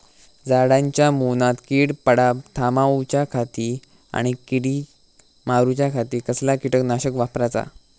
झाडांच्या मूनात कीड पडाप थामाउच्या खाती आणि किडीक मारूच्याखाती कसला किटकनाशक वापराचा?